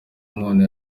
umuntu